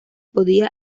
podía